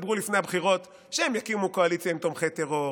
אמרו לפני הבחירות שהם יקימו קואליציה עם תומכי טרור